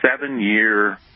seven-year